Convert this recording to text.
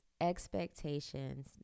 expectations